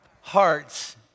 Hearts